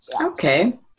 Okay